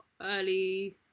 early